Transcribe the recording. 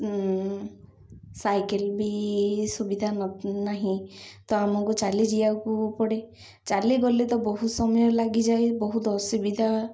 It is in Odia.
ସାଇକେଲ୍ ବି ସୁବିଧା ନାହିଁ ତ ଆମକୁ ଚାଲିଯିବାକୁ ପଡ଼େ ଚାଲିଗଲେ ତ ବହୁତ ସମୟ ଲାଗିଯାଏ ବହୁତ ଅସୁବିଧା